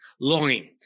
longing